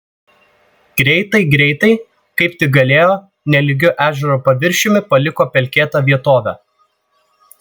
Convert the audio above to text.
greitai greitai kaip tik galėjo nelygiu ežero paviršiumi paliko pelkėtą vietovę